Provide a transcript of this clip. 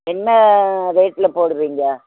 என்ன ரேட்டில் போடுவீங்க